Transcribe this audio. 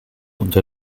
unter